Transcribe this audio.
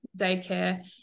daycare